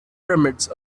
pyramids